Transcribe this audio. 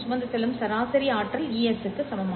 சுமந்து செல்லும் சராசரி ஆற்றல் Es க்கு சமம்